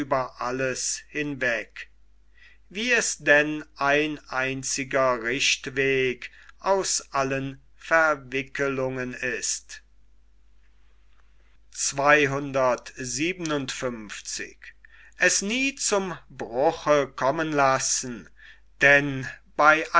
alles hinweg wie es denn ein einziger nichtweg aus allen verwickelungen ist denn bei